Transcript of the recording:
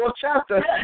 chapter